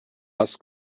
ask